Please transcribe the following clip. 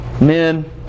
men